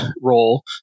role